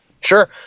Sure